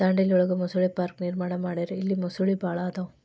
ದಾಂಡೇಲಿ ಒಳಗ ಮೊಸಳೆ ಪಾರ್ಕ ನಿರ್ಮಾಣ ಮಾಡ್ಯಾರ ಇಲ್ಲಿ ಮೊಸಳಿ ಭಾಳ ಅದಾವ